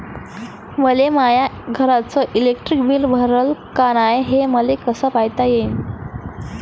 मले माया घरचं इलेक्ट्रिक बिल भरलं का नाय, हे कस पायता येईन?